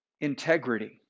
Integrity